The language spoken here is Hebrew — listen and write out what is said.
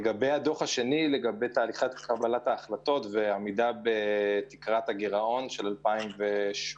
הדוח השני לגבי עמידה בגירעון של 2018,